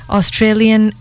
Australian